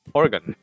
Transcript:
organ